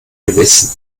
gewissen